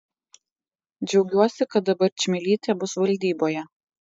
džiaugiuosi kad dabar čmilytė bus valdyboje